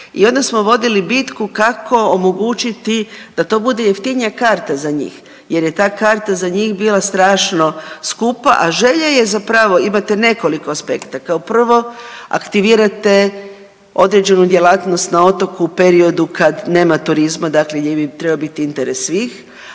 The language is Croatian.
I onda smo vodili bitku kako omogućiti da to bude jeftinija karta za njih jer je ta karata za njih bila strašno skupa, a želja je zapravo imate nekoliko aspekata, kao prvo aktivirate određenu djelatnost na otoku u periodu kad nema turizma, dakle gdje bi trebao biti interes svih,